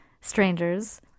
Strangers